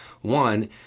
One